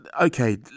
okay